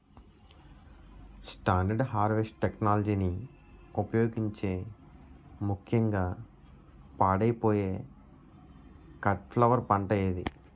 Standard harvest టెక్నాలజీని ఉపయోగించే ముక్యంగా పాడైపోయే కట్ ఫ్లవర్ పంట ఏది?